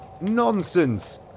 Nonsense